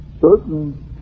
certain